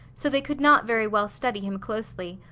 so they could not very well study him closely,